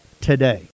today